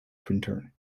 printer